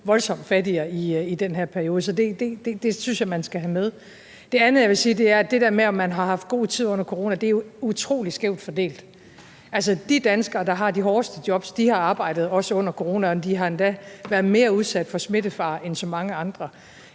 voldsomt meget fattigere i den her periode. Så det synes jeg man skal have med. Det andet, jeg vil sige, er, at det der med, om man har haft god tid under coronakrisen, jo er utrolig skævt fordelt. De danskere, der har de hårdeste jobs, har også arbejdet under coronaen, og de har endda været mere udsat for smittefare end så mange andre.